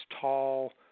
tall